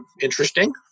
interesting